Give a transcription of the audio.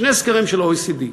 שני סקרים של ה-OECD.